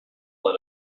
let